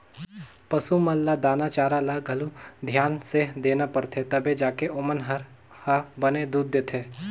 पसू मन ल दाना चारा ल घलो धियान से देना परथे तभे जाके ओमन ह बने दूद देथे